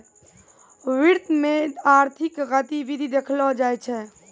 वित्त मे आर्थिक गतिविधि देखलो जाय छै